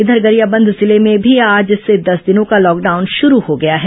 इधर गरियाबंद जिले में भी आज से दस दिनों का लॉकडाउन शुरू हो गया है